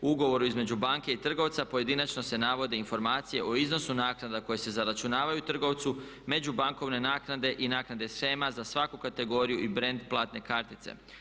U ugovoru između banke i trgovca pojedinačno se navode informacije o iznosu naknada koje se zaračunavaju trgovcu, međubankovne naknade i naknade shema za svaku kategoriju i brend platne kartice.